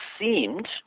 seemed